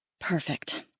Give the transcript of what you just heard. Perfect